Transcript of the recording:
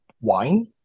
wine